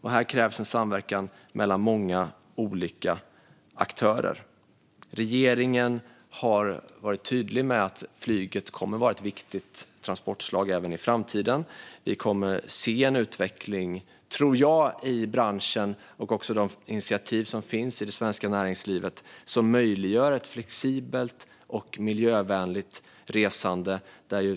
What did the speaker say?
Här krävs en samverkan mellan många olika aktörer. Regeringen har varit tydlig med att flyget kommer att vara ett viktigt transportslag även i framtiden. Jag tror, inte minst utifrån de initiativ som finns i det svenska näringslivet, att vi kommer att få se en utveckling i branschen som möjliggör ett flexibelt och miljövänligt resande.